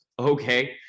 okay